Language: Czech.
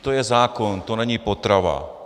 To je zákon, to není potrava.